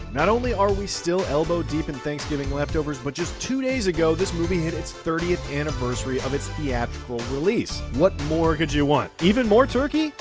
not only are we still elbow deep in thanksgiving leftovers, but just two days ago, this movie hit its thirtieth anniversary of its theatrical release. what more could you want? even more turkey,